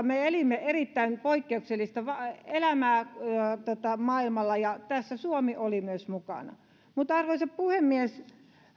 me elimme erittäin poikkeuksellista elämää maailmalla ja tässä suomi oli myös mukana arvoisa puhemies